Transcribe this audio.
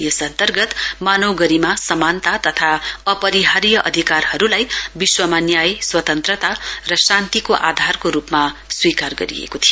यस अन्तर्गत मानव गरिमा समानिता तथा अपरिहार्य अधिकारहरूलाई विश्वमा न्याय स्वतन्त्रता र शान्तिको आधारको रूपमा स्वीकार गरिएको थियो